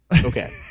okay